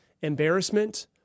embarrassment